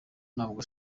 ntabwo